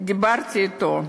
דיברתי אתו כשחלה,